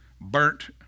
Burnt